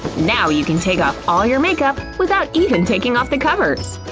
now you can take off all your makeup without even taking off the covers!